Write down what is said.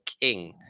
King